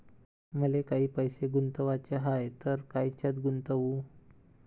मले काही पैसे गुंतवाचे हाय तर कायच्यात गुंतवू?